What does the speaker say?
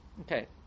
Okay